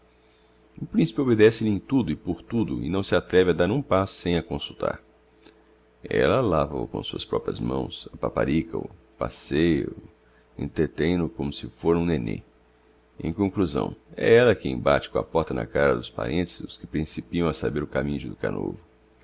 o principe obedece lhe em tudo e por tudo e não se atreve a dar um passo sem a consultar ella lava o com suas proprias mãos apaparica o passeia o e entretem no como se fôra um néné em conclusão é ella quem bate com a porta na cara aos parentes que principiam a saber o caminho de dukhanovo foi